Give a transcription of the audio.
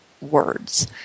words